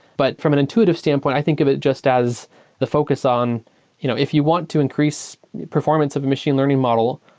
but from an intuitive standpoint, i think of it just as the focus on you know if you want to increase performance of the machine learning model,